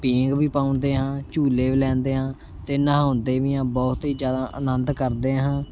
ਪੀਂਘ ਵੀ ਪਾਉਂਦੇ ਹਾਂ ਝੂਲੇ ਵੀ ਲੈਂਦੇ ਹਾਂ ਅਤੇ ਨਹਾਉਂਦੇ ਵੀ ਹਾਂ ਬਹੁਤ ਹੀ ਜ਼ਿਆਦਾ ਅਨੰਦ ਕਰਦੇ ਹਾਂ